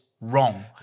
wrong